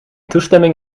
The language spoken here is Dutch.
toestemming